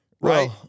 Right